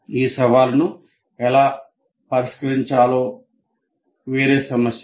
ఈ సవాలును ఎలా పరిష్కరించాలో వేరే సమస్య